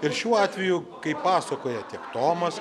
ir šiuo atveju kaip pasakojo tiek tomas